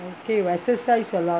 okay exercise a lot